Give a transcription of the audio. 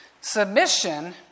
Submission